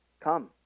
come